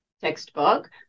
textbook